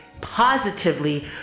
positively